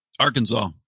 Arkansas